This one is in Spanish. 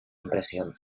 impresión